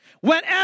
Whenever